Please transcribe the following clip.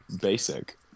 Basic